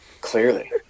Clearly